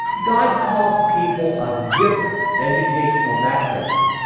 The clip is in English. god calls people of different educational backgrounds.